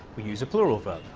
we use a plural verb.